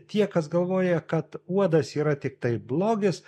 tie kas galvoja kad uodas yra tiktai blogis